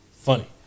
Funny